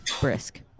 brisk